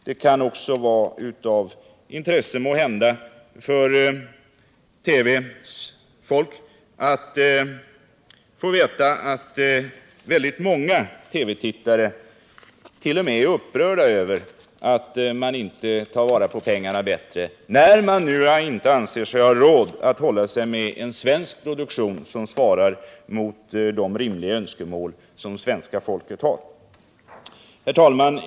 Det kan måhända också vara av intresse för TV:s folk att få veta att många TV-tittare rent av är upprörda över att man inte på ett bättre sätt tar vara på pengarna, när man på radion inte anser sig ha råd att hålla sig med en svensk produktion, som svarar mot de rimliga önskemål som svenska folket har. Herr talman!